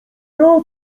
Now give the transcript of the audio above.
jak